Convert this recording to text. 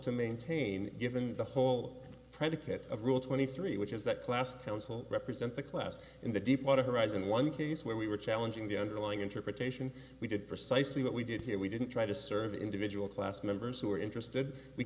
to maintain given the whole predicate of rule twenty three which is that class council represent the class in the deepwater horizon one case where we were challenging the underlying interpretation we did precisely what we did here we didn't try to serve individual class members who were interested we